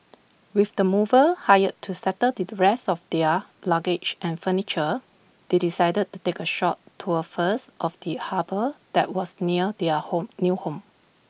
with the movers hired to settle the rest of their luggage and furniture they decided to take A short tour first of the harbour that was near their home new home